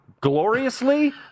gloriously